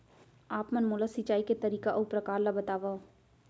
आप मन मोला सिंचाई के तरीका अऊ प्रकार ल बतावव?